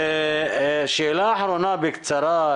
שאלה אחרונה בקצרה,